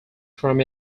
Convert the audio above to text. from